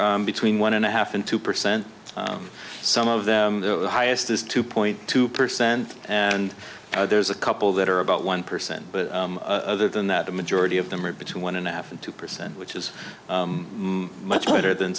are between one and a half and two percent some of them the highest is two point two percent and there's a couple that are about one percent but other than that the majority of them are between one and a half and two percent which is much better than